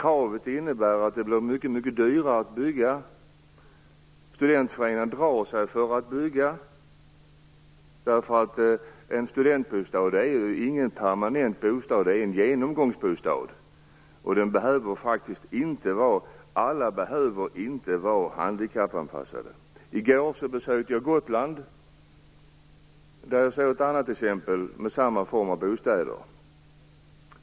Kravet på hiss innebär att det blir mycket dyrare att bygga, och studentföreningar drar sig för att bygga. En studentbostad är ju ingen permanent bostad utan en genomgångsbostad, och alla behöver inte vara handikappanpassade. I går besökte jag Gotland och såg ett annat exempel med samma form av bostäder.